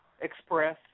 express